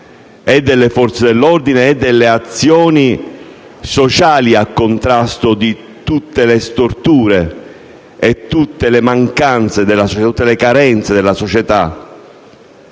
delle Forze dell'ordine e delle azioni sociali a contrasto di tutte le storture e di tutte le mancanze e le carenze della società,